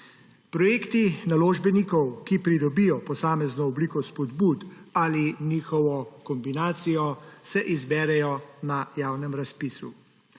Projekti naložbenikov, ki pridobijo posamezno obliko spodbud ali njihovo kombinacijo, se izberejo na javnem razpisu.